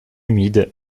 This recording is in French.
humides